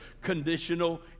conditional